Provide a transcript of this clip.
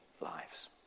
lives